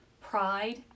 pride